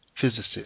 physicist